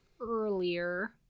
earlier